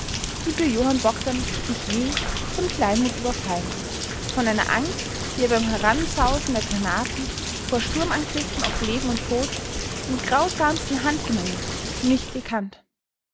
fühlte johann bogdn sich jäh von kleinmut überfallen von einer angst die er beim heransausen der granaten vor sturmangriffen auf leben und tod im grausamsten handgemenge nicht gekannt